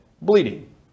bleeding